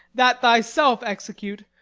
that thyself execute,